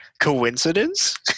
Coincidence